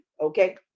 okay